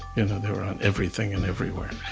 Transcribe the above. and they were on everything and everywhere,